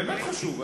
באמת חשוב,